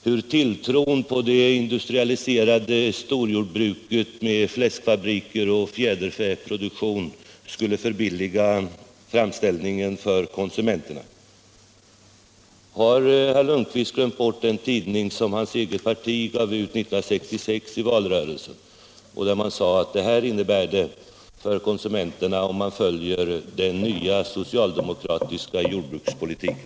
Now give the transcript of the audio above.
Man satte sin tro till hur det industrialiserade storjordbruket med fläsk och fjäderfäfabriker skulle förbilliga framställningen för konsumenterna. Har herr Lundkvist glömt bort den tidning som hans eget parti gav ut i valrörelsen 1966, där man sade att det här innebär det för konsumenterna om man följer den nya socialdemokratiska jordbrukspolitiken?